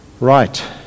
Right